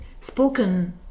spoken